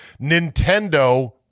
Nintendo